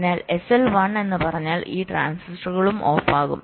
അതിനാൽ SL 1 എന്ന് പറഞ്ഞാൽ ഈ ട്രാൻസിസ്റ്ററുകളും ഓഫാകും